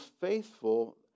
faithful